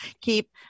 Keep